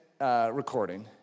recording